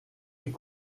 est